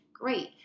Great